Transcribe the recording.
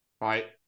right